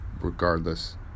regardless